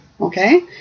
okay